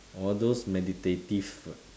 orh those meditative